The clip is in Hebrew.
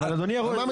על מה מדברים?